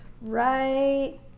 Right